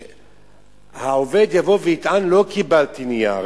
שהעובד יבוא ויטען: לא קיבלתי נייר,